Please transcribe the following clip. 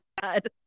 god